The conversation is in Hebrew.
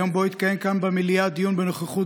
היום שבו התקיים כאן במליאה דיון בנוכחות